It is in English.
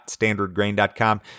standardgrain.com